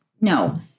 no